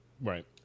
Right